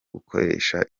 gukoresha